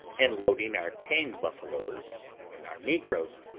and loading our tame buffaloes and our negroes.